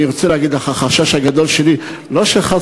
אני רוצה להגיד לך שהחשש הגדול שלי הוא לא שחס